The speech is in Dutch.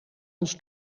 ons